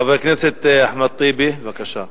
חבר הכנסת אחמד טיבי, בבקשה.